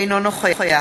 אינו נוכח